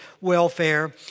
welfare